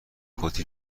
کتی